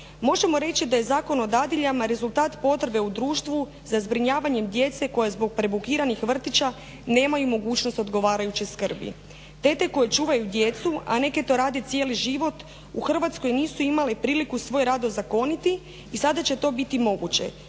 Možemo reći da je Zakon o dadiljama rezultat potrebe u društvu za zbrinjavanjem djece koja zbog preblokiranih vrtića nemaju mogućnost odgovarajuće skrbi. Tete koje čuvaju djecu a neke to rade cijeli život, u Hrvatskoj nisu imale priliku svoj rad ozakoniti i sada će to biti moguće